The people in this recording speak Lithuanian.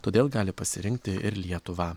todėl gali pasirinkti ir lietuvą